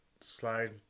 slide